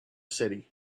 city